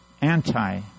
anti